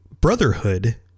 brotherhood